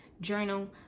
journal